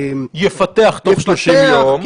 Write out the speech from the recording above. יפתח תוך 30 יום.